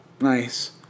Nice